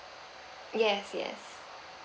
yes yes